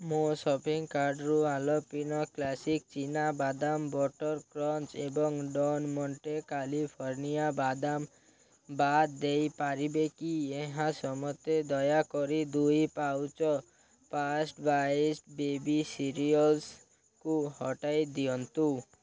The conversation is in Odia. ମୋ ସପିଙ୍ଗ୍ କାର୍ଟ୍ରୁ ଆଲପିନୋ କ୍ଲାସିକ୍ ଚିନା ବାଦାମ ବଟର୍ କ୍ରଞ୍ଚ୍ ଏବଂ ଡେଲ୍ମଣ୍ଟେ କାଲିଫର୍ଣ୍ଣିଆ ବାଦାମ ବାଦ୍ ଦେଇପାରିବେ କି ଏହା ସମେତ ଦୟାକରି ଦୁଇ ପାଉଚ୍ ଫାଷ୍ଟ୍ ବାଇଟ୍ସ ବେବି ସିରୀଅଲ୍ସ୍କୁ ହଟାଇ ଦିଅନ୍ତୁ